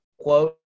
quote